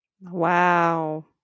Wow